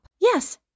Yes